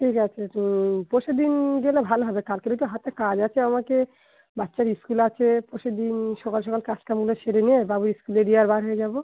ঠিক আছে তো পরশু দিন গেলে ভালো হবে কালকেরে একটু হাতে কাজ আছে আমাকে বাচ্চার ইস্কুল আছে পরশু দিন সকাল সকাল কাজ কামটা সেরে নিয়ে বাবু ইস্কুলে দিয়ে আর বার হয়ে যাবো